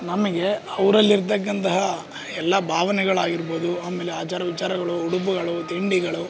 ನಮಗೆ ಅವರಲ್ಲಿರ್ತಕ್ಕಂತಹ ಎಲ್ಲ ಭಾವನೆಗಳಾಗಿರ್ಬೋದು ಆಮೇಲೆ ಆಚಾರ ವಿಚಾರಗಳು ಉಡುಪುಗಳು ತಿಂಡಿಗಳು